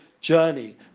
journey